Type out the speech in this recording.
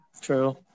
True